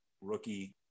rookie